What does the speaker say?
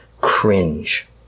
cringe